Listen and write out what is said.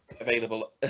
available